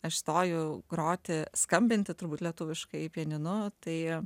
aš stoju groti skambinti turbūt lietuviškai pianinu tai